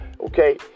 Okay